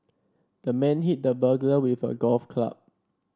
the man hit the burglar with a golf club